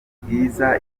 bwiza